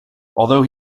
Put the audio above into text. although